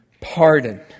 pardon